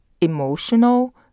emotional